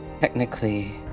technically